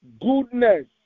goodness